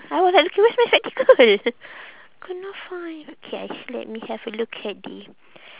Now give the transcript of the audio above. I was like eh where's my spectacle cannot find K I s~ let me have a look at the